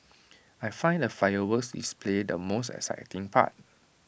I find the fireworks display the most exciting part